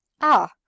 Ah